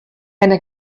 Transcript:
einer